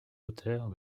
auteurs